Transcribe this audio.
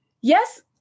Yes